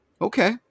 okay